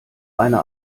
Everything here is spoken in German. eine